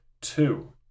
two